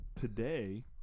today